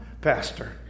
pastor